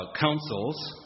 councils